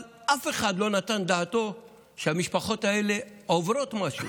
אבל אף אחד לא נתן דעתו שהמשפחות האלה עוברות משהו,